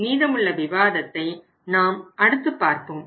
மீதமுள்ள விவாதத்தை நாம் அடுத்து பார்ப்போம்